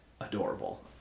adorable